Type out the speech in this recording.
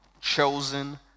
chosen